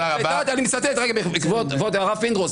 אני מצטט, כבוד הרב פינדרוס.